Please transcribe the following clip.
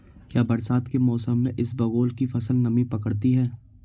क्या बरसात के मौसम में इसबगोल की फसल नमी पकड़ती है?